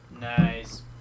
nice